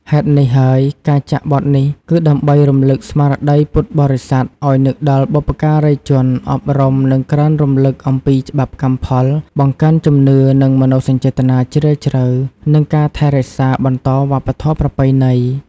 ហេតុនេះហើយការចាក់បទនេះគឺដើម្បី រំឭកស្មារតីពុទ្ធបរិស័ទឲ្យនឹកដល់បុព្វការីជន អប់រំ និងក្រើនរំឭកអំពីច្បាប់កម្មផល បង្កើនជំនឿ និងមនោសញ្ចេតនាជ្រាលជ្រៅ និងការថែរក្សាបន្តវប្បធម៌ប្រពៃណី។